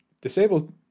disabled